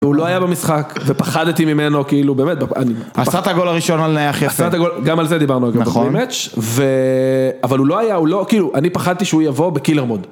הוא לא היה במשחק, ופחדתי ממנו, כאילו באמת... עשתה את הגול הראשון על, הכי יפה. גם על זה דיברנו, גם ברימץ'. ו... אבל הוא לא היה, הוא לא... כאילו, אני פחדתי שהוא יבוא בקילר מוד.